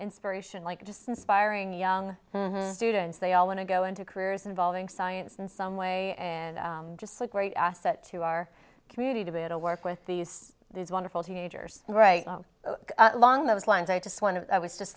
inspiration like just inspiring young students they all want to go into careers involving science in some way and just great asset to our community to be a to work with these these wonderful teenagers right along those lines i just wonder was just